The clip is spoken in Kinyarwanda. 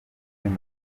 ibyo